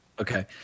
Okay